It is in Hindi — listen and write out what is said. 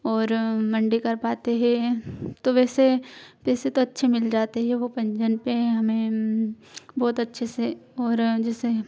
और मण्डी कर पाते हैं तो वैसे पैसे तो अच्छे मिल जाते हैं वह पंजीयन पर हमें बहुत अच्छे से और जैसे